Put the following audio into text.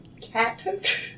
cat